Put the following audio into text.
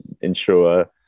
ensure